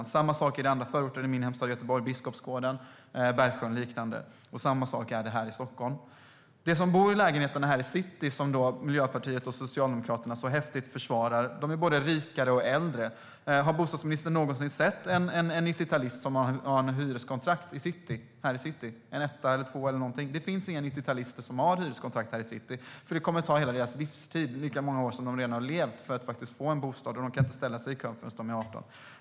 Det är samma sak i andra förorter i min hemstad Göteborg - Biskopsgården, Bergsjön och liknande - liksom här i Stockholm. De som bor i lägenheter här i city och som Socialdemokraterna och Miljöpartiet försvarar så häftigt är både rikare och äldre. Har bostadsministern någonsin sett en 90-talist som har ett hyreskontrakt på en etta eller tvåa här i city? Det finns inga 90-talister som har sådana kontrakt. För dem kommer det att ta hela deras livstid - lika länge som de har levt - att få en bostad. De kan inte ställa sig i kön förrän de blir 18.